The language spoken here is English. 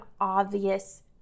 obvious